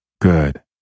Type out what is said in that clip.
Good